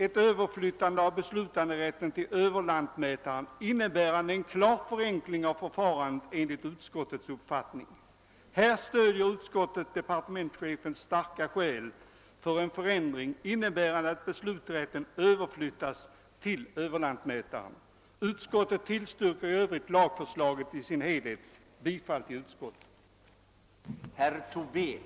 Ett överflyttande av beslutanderätten från Kungl. Maj:t till överlantmätaren innebär enligt utskottets uppfattning en klar förenkling av förfarandet och utskottet biträder därför Kungl. Maj:ts förslag härom. Utskottet tillstyrker i övrigt lagförslaget i dess helhet. Jag yrkar bifall till utskottets hemställan.